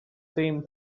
same